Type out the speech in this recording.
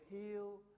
heal